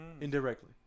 Indirectly